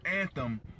anthem